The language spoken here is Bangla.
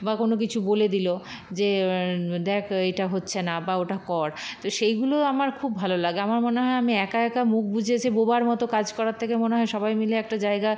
বা কোনো কিছু বলে দিল যে দেখ এটা হচ্ছে না বা ওটা কর তো সেইগুলো আমার খুব ভালো লাগে আমার মনে হয় আমি একা একা মুখ বুজে যে বোবার মতো কাজ করার থেকে মনে হয় সবাই মিলে একটা জায়গা